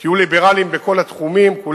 תהיו ליברלים בכל התחומים, כולנו.